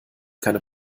keine